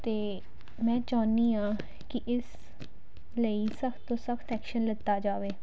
ਅਤੇ ਮੈਂ ਚਾਹੁੰਦੀ ਹਾਂ ਕਿ ਇਸ ਲਈ ਸਭ ਤੋਂ ਸਖ਼ਤ ਐਕਸ਼ਨ ਲਿੱਤਾ ਜਾਵੇ